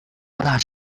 大厦